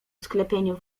sklepieniu